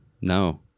No